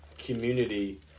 community